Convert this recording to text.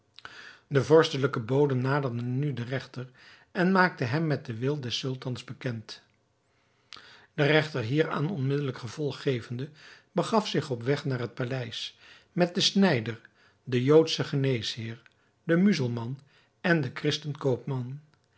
de vorstelijke bode naderde nu den regter en maakte hem met den wil des sultans bekend de regter hieraan onmiddelijk gevolg gevende begaf zich op weg naar het paleis met den snijder den joodschen geneesheer den muzelman en den christen koopman